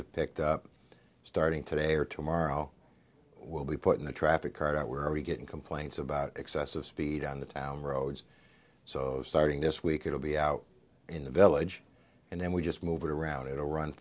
of picked up starting today or tomorrow will be put in the traffic car that we're already getting complaints about excessive speed on the town roads so starting this week it will be out in the village and then we just move it around it or run